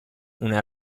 una